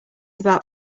about